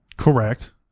Correct